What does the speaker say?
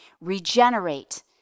regenerate